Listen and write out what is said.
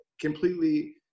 completely